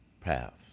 path